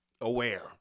aware